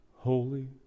Holy